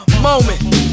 moment